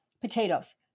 potatoes